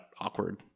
awkward